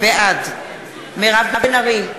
בעד מירב בן ארי,